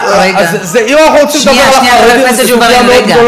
אם אנחנו רוצים לדבר על החרדים,